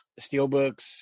Steelbooks